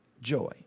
joy